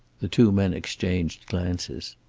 the two men exchanged glances.